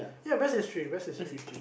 ya best history best history